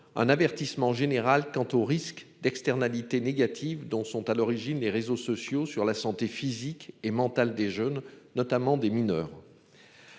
un avertissement général quant au risque d'externalités négatives dont sont à l'origine, les réseaux sociaux sur la santé physique et mentale des jeunes notamment des mineurs.